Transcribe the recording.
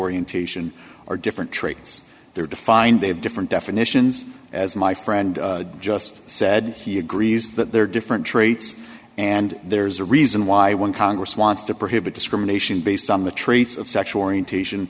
orientation are different traits they're defined they have different definitions as my friend just said he agrees that there are different traits and there's a reason why when congress wants to prohibit discrimination based on the traits of sexual orientation